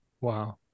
Wow